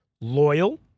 loyal